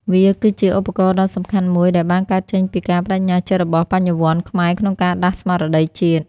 វាគឺជាឧបករណ៍ដ៏សំខាន់មួយ ដែលបានកើតចេញពីការប្ដេជ្ញាចិត្តរបស់បញ្ញវន្តខ្មែរក្នុងការដាស់ស្មារតីជាតិ។